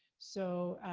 so,